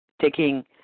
taking